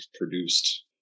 produced